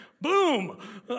Boom